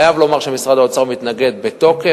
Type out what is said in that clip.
אני חייב לומר שמשרד האוצר מתנגד בתוקף.